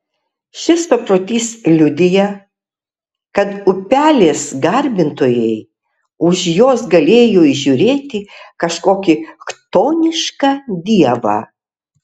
šis paprotys liudija kad upelės garbintojai už jos galėjo įžiūrėti kažkokį chtonišką dievą